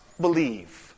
believe